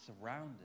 surrounded